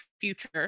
future